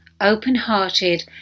open-hearted